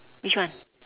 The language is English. which one